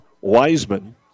Wiseman